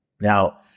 Now